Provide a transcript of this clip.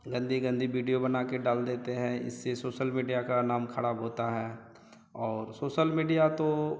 गंदी गंदी वीडियो बनाकर डाल देते हैं इससे सोसल मीडिया का नाम ख़राब होता है और सोसल मीडिया तो